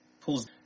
pulls